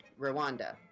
Rwanda